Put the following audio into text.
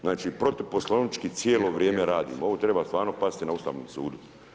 Znači protuposlovnički cijelo vrijeme radimo, ovo treba stvarno pasti na Ustavnom sudu.